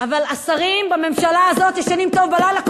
אבל השרים בממשלה הזאת ישנים טוב בלילה,